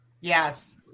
Yes